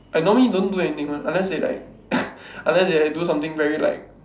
I normally don't do anything one unless they like unless they do something very like